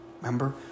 remember